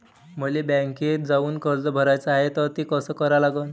मले बँकेत जाऊन कर्ज भराच हाय त ते कस करा लागन?